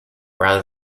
rather